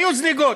היו זליגות.